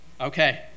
Okay